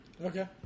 Okay